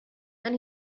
then